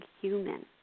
human